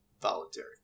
voluntary